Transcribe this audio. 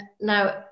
Now